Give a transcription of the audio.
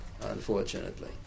unfortunately